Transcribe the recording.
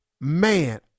Man